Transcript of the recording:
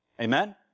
Amen